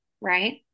right